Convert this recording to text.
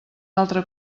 altre